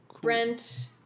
Brent